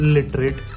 Literate